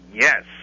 Yes